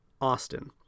Austin